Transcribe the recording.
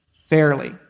fairly